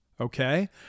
okay